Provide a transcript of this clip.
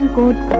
good